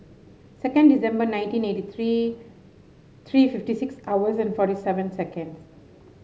second December nineteen eighty three three fifty six hours and forty seven seconds